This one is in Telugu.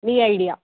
మీ ఐడియా